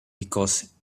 because